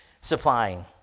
Supplying